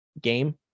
game